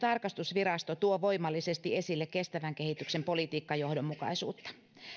tarkastusvirasto tuo voimallisesti esille kestävän kehityksen politiikkajohdonmukaisuutta